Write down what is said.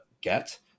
get